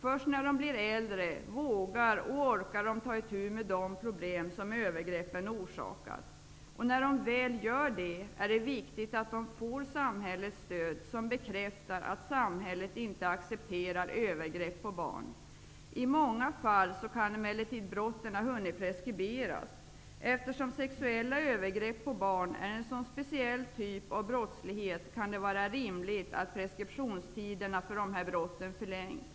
Först när de blir äldre vågar och orkar de ta itu med de problem som övergreppen orsakat. När de väl gör det är det viktigt att de får samhällets stöd som bekräftar att samhället inte accepterar övergrepp på barn. I många fall kan emellertid brotten ha hunnit preskriberas. Eftersom sexuella övergrepp på barn är en så speciell typ av brottslighet, kan det vara rimligt att preskriptionstiderna för dessa brott förlängs.